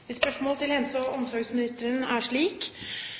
Mitt spørsmål til helse- og omsorgsministeren er slik: